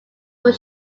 were